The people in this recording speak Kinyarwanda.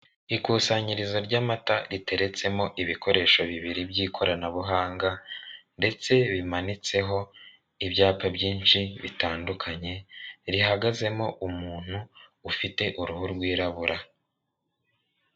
Ikusanyirizo ry'amata riteretsemo ibikoresho bibiri by'ikoranabuhanga ndetse bimanitseho ibyapa byinshi bitandukanye, rihagazemo umuntu ufite uruhu rwirabura.